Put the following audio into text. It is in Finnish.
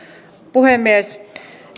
puhemies